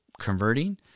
converting